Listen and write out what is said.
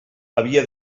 havia